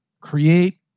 create